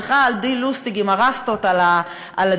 הלכה עדי לוסטיג עם הרסטות על הדיונות,